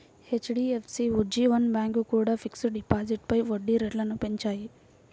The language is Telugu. హెచ్.డి.ఎఫ్.సి, ఉజ్జీవన్ బ్యాంకు కూడా ఫిక్స్డ్ డిపాజిట్లపై వడ్డీ రేట్లను పెంచాయి